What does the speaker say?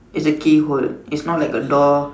it's a key hole it's not like a door